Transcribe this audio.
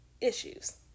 issues